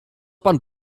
pan